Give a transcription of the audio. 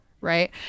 right